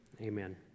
Amen